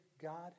God